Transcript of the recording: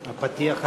הפתיח,